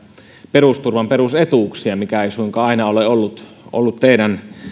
perusturvan perusetuuksia mikä ei suinkaan aina ole ollut ollut teidän